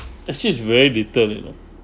actually is very little you know